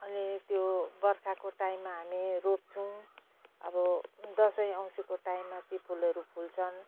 अनि त्यो बर्खाको टाइममा हामी रोप्छौँ अब दसैँ औँसीको टाइममा ती फुलहरू फुल्छन्